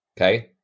okay